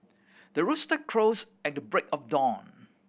the rooster crows at the break of dawn